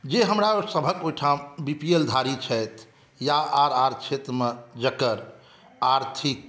जे हमरा सभक ओहिठाम बीपीएल धारी छथि या आर आर क्षेत्रमे जकर आर्थिक